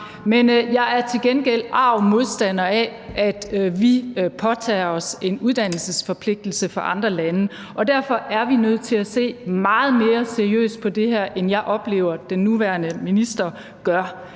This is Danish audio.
Men jeg er til gengæld arg modstander af, at vi påtager os en uddannelsesforpligtelse for andre lande, og derfor er vi nødt til at se meget mere seriøst på det her, end jeg oplever den nuværende minister gør.